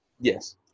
Yes